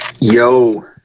Yo